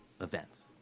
Events